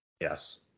Yes